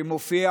שמופיע